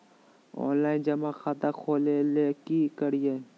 Offline जमा खाता खोले ले की करिए?